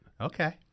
Okay